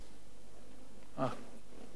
אה, סדרן.